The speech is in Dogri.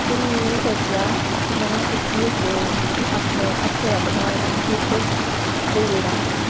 फिर में सोचेआ कि में उसी इक अपने हत्थें दा बनाए दा इक गिफ्ट देई ओड़ां